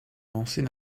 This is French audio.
avançait